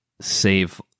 save